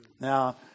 Now